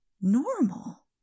normal